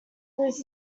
lose